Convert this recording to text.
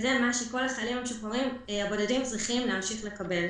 משרד הביטחון ערב לכך שהחיילים הבודדים שזכאים יקבלו